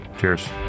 Cheers